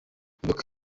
muyoboke